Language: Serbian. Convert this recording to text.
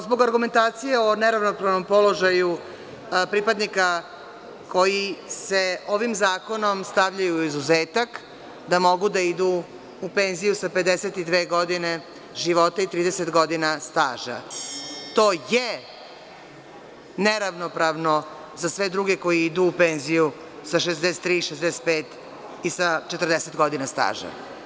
Zbog argumentacije o neravnopravnom položaju pripadnika koji se ovim zakonom stavljaju u izuzetak da mogu da idu u penziju sa 52 godine života i 30 godina staža, to je neravnopravno za sve druge koji idu u penziju sa 63, 65 i sa 40 godina staža.